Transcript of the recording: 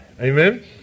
Amen